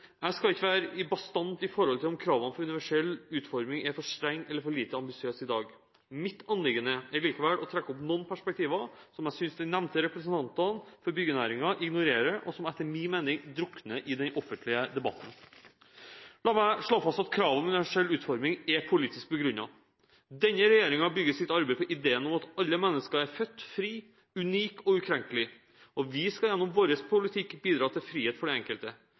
Jeg skal ikke være bastant om hvorvidt kravene for universell utforming er for strenge eller for lite ambisiøse i dag. Mitt anliggende er likevel å trekke opp noen perspektiver som jeg synes de nevnte representanter for byggenæringen ignorerer, og som etter min mening drukner i den offentlige debatten. La meg slå fast at kravet om universell utforming er politisk begrunnet. Denne regjeringen bygger sitt arbeid på ideen om at alle mennesker er født frie, unike og ukrenkelige. Vi skal gjennom vår politikk bidra til frihet for den enkelte.